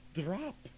drop